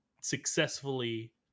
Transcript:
successfully